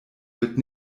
wird